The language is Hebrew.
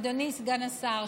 אדוני סגן השר,